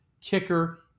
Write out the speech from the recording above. kicker